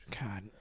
God